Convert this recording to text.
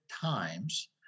times